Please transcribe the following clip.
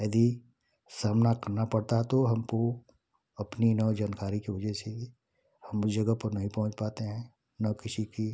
यदि सामना करना पड़ता है तो हमको अपनी नौ जानकारी की वजह से ही हम उस जगह पर नहीं पहुँच पाते हैं न किसी की